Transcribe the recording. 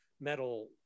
metal